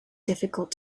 difficult